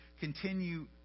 continue